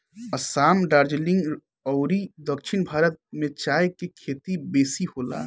असाम, दार्जलिंग अउरी दक्षिण भारत में चाय के खेती बेसी होला